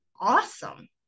awesome